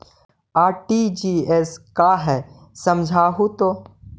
RTGS का है समझाहू तो?